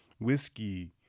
whiskey